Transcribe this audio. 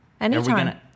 anytime